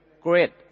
great